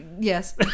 Yes